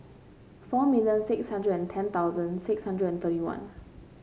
four million six hundred and ten thousand six hundred and thirty one